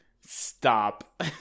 Stop